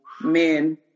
men